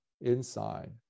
inside